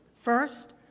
First